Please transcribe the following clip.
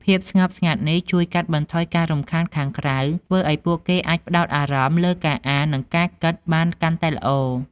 ភាពស្ងប់ស្ងាត់នេះជួយកាត់បន្ថយការរំខានខាងក្រៅ ធ្វើឲ្យពួកគេអាច ផ្តោតអារម្មណ៍ លើការអាន និងការគិតបានកាន់តែល្អ។